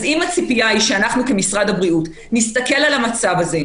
אז אם הציפייה היא שאנחנו כמשרד הבריאות נסתכל על המצב הזה,